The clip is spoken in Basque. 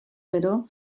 gero